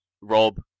Rob